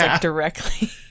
directly